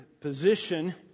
position